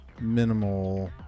minimal